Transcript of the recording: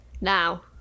Now